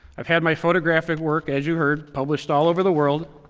i've had my photographic work, as you heard, published all over the world.